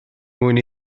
mwyn